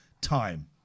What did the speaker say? time